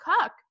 Cook